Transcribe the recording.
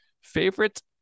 favorite